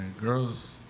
girl's